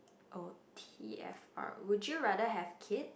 or T_F_R would you rather have kid